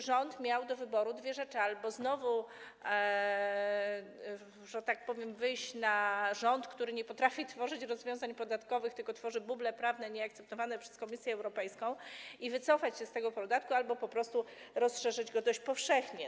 Rząd miał do wyboru dwie rzeczy: albo znowu, że tak powiem, wyjść na rząd, który nie potrafi tworzyć rozwiązań podatkowych, tylko tworzy buble prawne nieakceptowane przez Komisję Europejską, i wycofać się z tego podatku, albo po prostu rozszerzyć go dość powszechnie.